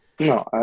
No